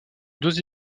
deux